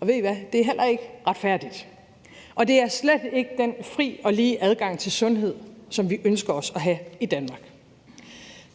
Og ved I hvad, det er heller ikke retfærdigt. Og det er slet ikke den fri og lige adgang til sundhed, som vi ønsker os at have i Danmark.